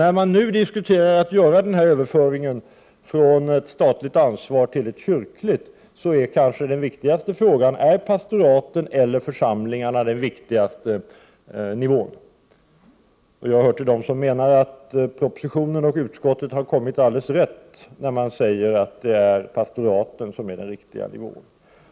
När man nu diskuterar att göra denna överföring av ansvaret från staten till kyrkan är kanske den stora frågan om pastoraten eller församlingarna är den viktigaste nivån. Jag hör till dem som menar att man i propositionen och i utskottet har kommit alldeles rätt när man säger att det är pastoraten som är den riktiga nivån.